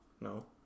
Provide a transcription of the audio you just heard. No